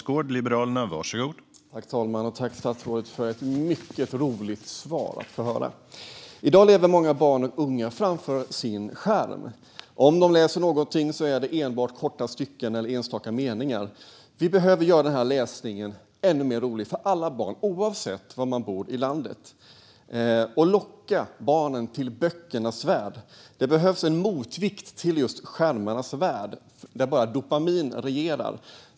Herr talman! Tack, statsrådet, för ett svar som var mycket roligt att få höra! I dag lever många barn och unga framför sin skärm. Om de läser någonting är det enbart korta stycken eller enstaka meningar. Vi behöver göra läsningen ännu roligare för alla barn, oavsett var de bor i landet, och locka barnen till böckernas värld. Det behövs en motvikt till skärmarnas värld där bara dopamin regerar.